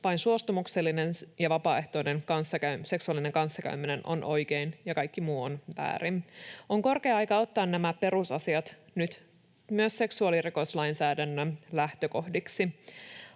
Vain suostumuksellinen ja vapaaehtoinen seksuaalinen kanssakäyminen on oikein, ja kaikki muu on väärin. On korkea aika ottaa nämä perusasiat nyt myös seksuaalirikoslainsäädännön lähtökohdiksi.